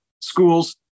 schools